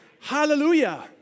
Hallelujah